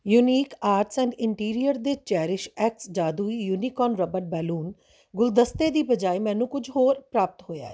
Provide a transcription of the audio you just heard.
unique arts and interiors ਦੇ cherish x ਜਾਦੂਈ unicorn ਰਬੜ ਬੈਲੂਨ ਗੁਲਦਸਤਾ ਦੀ ਬਜਾਏ ਮੈਨੂੰ ਕੁਝ ਹੋਰ ਪ੍ਰਾਪਤ ਹੋਇਆ